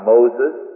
Moses